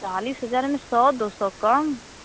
चालीस हज़ार में सौ दौ सौ कम